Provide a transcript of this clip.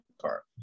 car